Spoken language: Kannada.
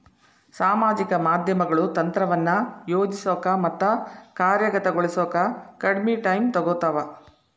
ಸಾಮಾಜಿಕ ಮಾಧ್ಯಮಗಳು ತಂತ್ರವನ್ನ ಯೋಜಿಸೋಕ ಮತ್ತ ಕಾರ್ಯಗತಗೊಳಿಸೋಕ ಕಡ್ಮಿ ಟೈಮ್ ತೊಗೊತಾವ